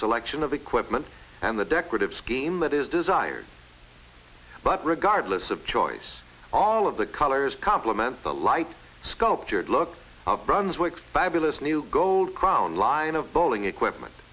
selection of equipment and the decorative scheme that is desired but regardless of choice all of the colors compliment the light sculptured look of brunswick by bulis new gold crown line of bowling equipment